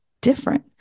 different